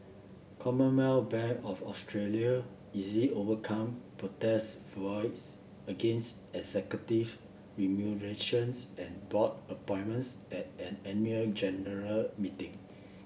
Commonwealth Bank of Australia easily overcome protest votes against executive remunerations and board appointments at an annual general meeting